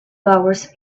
hours